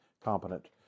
competent